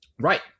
Right